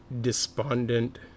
despondent